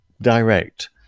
direct